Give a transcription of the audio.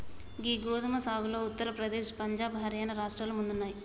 గీ గోదుమ సాగులో ఉత్తర ప్రదేశ్, పంజాబ్, హర్యానా రాష్ట్రాలు ముందున్నాయి